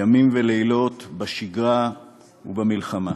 ימים ולילות, בשגרה ובמלחמה.